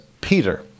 Peter